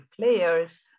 players